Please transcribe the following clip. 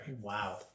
Wow